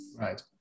Right